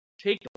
take